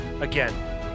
again